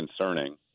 concerning